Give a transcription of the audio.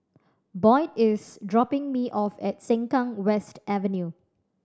Boyd is dropping me off at Sengkang West Avenue